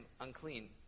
unclean